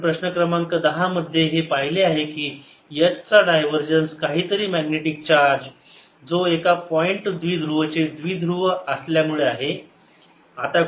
आपण प्रश्न क्रमांक दहा मध्ये हे पाहिले आहे की H डायवरजन्स काहीतरी मॅग्नेटिक चार्ज जो एका पॉईंट द्विध्रुवचे द्विध्रुव असल्या मुळे आहे